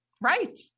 Right